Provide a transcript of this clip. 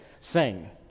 sing